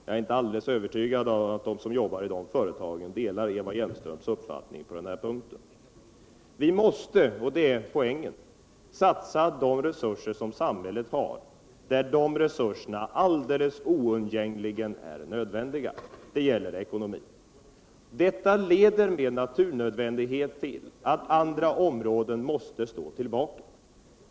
Jag är inte alldeles övertygad om att de som jobbar i dessa företag delar Eva Hjelmströms uppfattning. Vi måste — och det är poängen —- satsa samhällets resurser där de oundgängligen är nödvändiga, dvs. på eckonomin. Detta leder med en naturnödvändighet till att andra områden måste stå tillbaka.